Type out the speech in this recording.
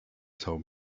told